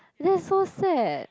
that's so sad